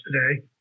today